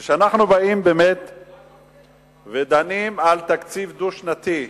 כשאנחנו באים, כמו פודל של נתניהו.